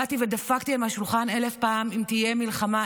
באתי ודפקתי להם על השולחן אלף פעם: אם תהיה מלחמה,